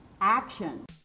action